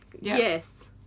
Yes